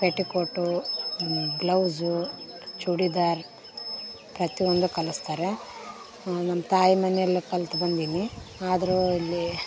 petticoat blouse churidar ಪ್ರತಿವೊಂದು ಕಲಿಸ್ತಾರೇ ನಮ್ಮ ತಾಯಿ ಮನೆಯಲ್ಲಿ ಕಲ್ತು ಬಂದೀನಿ ಆದರು ಇಲ್ಲಿ